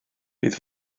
bydd